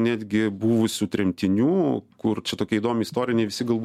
netgi buvusių tremtinių kur čia tokia įdomi istorija ne visi galbūt